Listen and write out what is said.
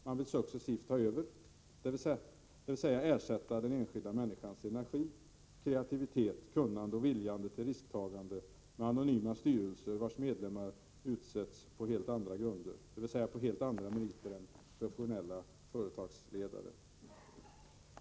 Man vill successivt ta över, dvs. ersätta den enskilda människans energi, kreativitet, kunnande och vilja till risktagande med anonyma styrelser, vars medlemmar utsetts på helt andra grunder och efter helt andra meriter än när det är fråga om professionella företagsledare.